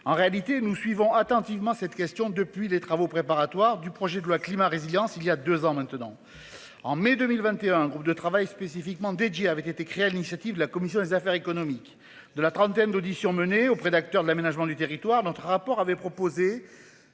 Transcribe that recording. En réalité, nous suivons attentivement cette question depuis les travaux préparatoires du projet de loi climat résilience. Il y a 2 ans maintenant. En mai 2021, un groupe de travail spécifiquement avait été créée à l'initiative de la commission des affaires économiques de la trentaine d'auditions menées auprès d'acteurs de l'aménagement du territoire, notre rapport avait proposé